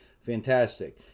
fantastic